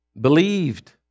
believed